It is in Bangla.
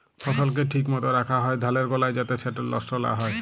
ফসলকে ঠিক মত রাখ্যা হ্যয় ধালের গলায় যাতে সেট লষ্ট লা হ্যয়